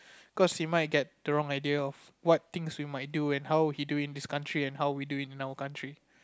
cause he might get wrong idea of what things we might do and how he do in his country and how we do in our country